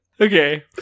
Okay